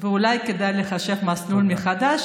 ואולי כדאי לחשב מסלול מחדש,